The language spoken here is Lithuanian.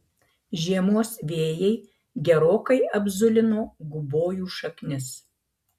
žiemos vėjai gerokai apzulino gubojų šaknis